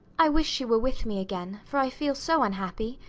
i wish she were with me again, for i feel so unhappy.